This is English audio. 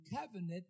covenant